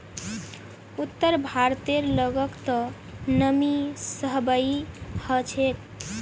उत्तर भारतेर लोगक त नमी सहबइ ह छेक